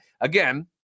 again